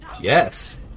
Yes